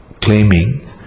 claiming